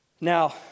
Now